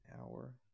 hour